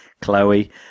Chloe